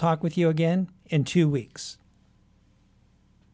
talk with you again in two weeks